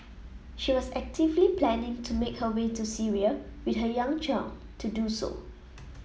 she was actively planning to make her way to Syria with her young child to do so